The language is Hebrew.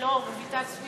לא, רויטל סויד במקום.